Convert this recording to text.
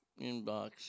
Inbox